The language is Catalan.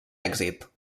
èxit